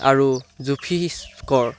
আৰু জোখি ইস্কৰ